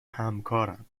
همکارم